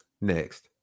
Next